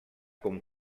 com